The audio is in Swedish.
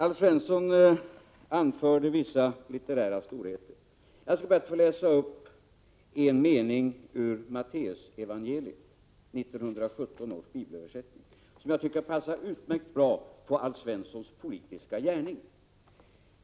Alf Svensson anförde vissa litterära storheter, och jag skall be att få läsa upp en mening ur Matteusevangeliet, 1917 års bibelöversättning, som passar utmärkt bra på Alf Svenssons politiska gärning.